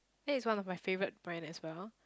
that is one of my favourite brand as well